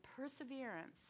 perseverance